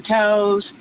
toes